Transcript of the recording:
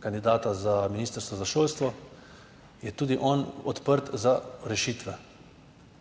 kandidata za Ministrstvo za šolstvo. Je tudi on odprt za rešitve.